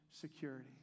security